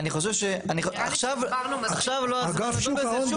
אני חושב, עכשיו לא הזמן לדון בזה.